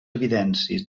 evidències